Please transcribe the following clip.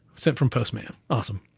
sent from postman, awesome,